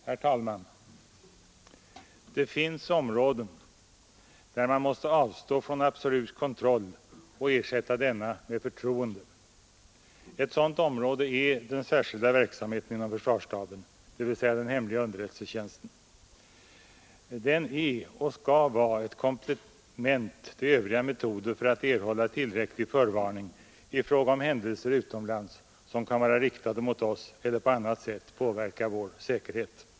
Herr talman! Det finns områden där man måste avstå från en absolut kontroll och ersätta denna med förtroende. Ett sådant område är den särskilda verksamheten inom försvarsstaben, dvs. den hemliga underrättelsetjänsten. Den är och skall vara ett komplement till övriga metoder att erhålla tillräcklig förvarning i fråga om händelser utomlands som kan vara riktade mot oss eller på annat sätt påverka vår säkerhet.